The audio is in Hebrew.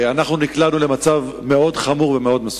אנחנו נקלענו למצב מאוד חמור ומאוד מסוכן.